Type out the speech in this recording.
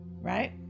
Right